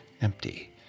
empty